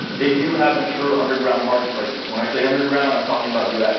they do have mature underground marketplaces. when i say underground, i'm talking about yeah